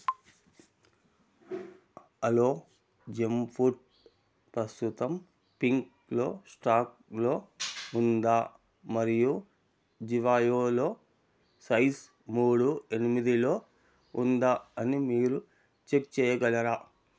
hello జంఫుట్ ప్రస్తుతం పింక్లో స్టాక్లో ఉందా మరియు జివాయోలో సైజ్ మూడు ఎనిమిదిలో ఉందా అని మీరు చెక్ చేయగలరా